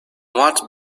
what